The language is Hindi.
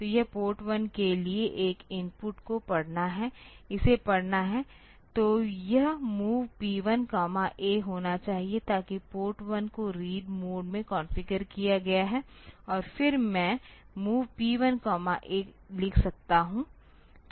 तो यह पोर्ट 1 के लिए एक इनपुट को पढ़ना है इसे पढ़ना है तो यह MOV P1 A होना चाहिए ताकि पोर्ट 1 को रीड मोड में कॉन्फ़िगर किया गया है और फिर मैं MOV P1A लिख सकता हूं